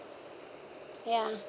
ya